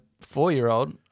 four-year-old